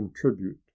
contribute